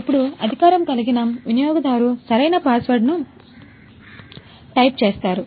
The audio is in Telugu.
ఇప్పుడు అధికారం కలిగిన వినియోగదారు సరైన పాస్వర్డ్ను టైప్ చేస్తారు